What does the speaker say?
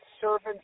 servants